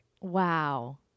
wow